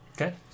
Okay